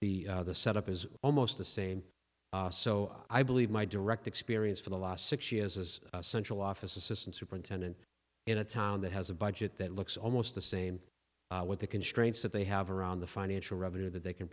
the set up is almost the same so i believe my direct experience for the last six years is a central office assistant superintendent in a town that has a budget that looks almost the same with the constraints that they have around the financial revenue that they can